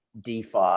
DeFi